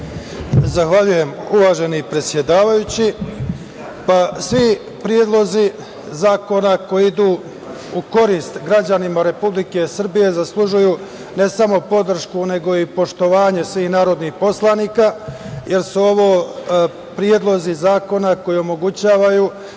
Zahvaljujem, uvaženi predsedavajući. Svi predlozi zakona koji idu u korist građana Republike Srbije zaslužuju ne samo podršku, nego i poštovanje svih narodnih poslanika, jer su ovo predlozi zakona koji omogućavaju